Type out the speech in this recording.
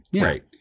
Right